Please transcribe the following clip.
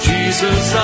Jesus